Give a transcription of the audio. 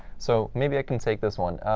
so maybe i can take this one.